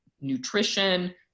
nutrition